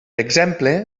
exemple